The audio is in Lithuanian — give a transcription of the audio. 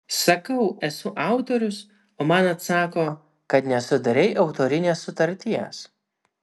sakau esu autorius o man atsako kad nesudarei autorinės sutarties